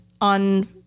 on